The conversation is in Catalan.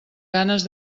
ganes